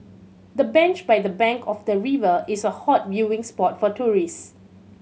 the bench by the bank of the river is a hot viewing spot for tourists